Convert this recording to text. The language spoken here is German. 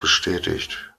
bestätigt